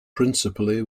principally